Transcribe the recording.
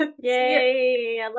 Yay